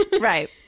right